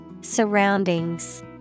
Surroundings